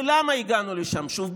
ולמה הגענו לשם שוב?